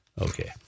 Okay